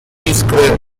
iskry